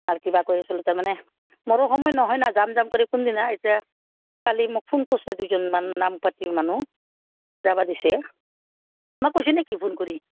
আৰু কিবা কৰি আচলতে মানে মোৰো সময় নহয় ন যাম যাম কৰি কোনদিনা এতিয়া কালি মোক ফোন কৰিছে দুজনমান নাম পাৰ্টি মানুহ যাব দিছে তোমাক কৈছে নেকি ফোন কৰি